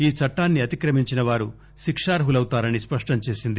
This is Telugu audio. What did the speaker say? ఈ చట్టాన్ని అతిక్రమించిన వారు శికార్లులౌతారని స్పష్టంచేసింది